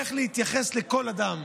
איך להתייחס לכל אדם.